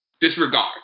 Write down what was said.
disregard